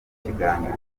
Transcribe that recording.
kiganiro